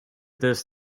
this